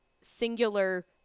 singular